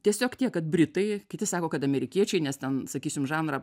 tiesiog tiek kad britai kiti sako kad amerikiečiai nes ten sakysim žanrą